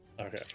Okay